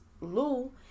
Lou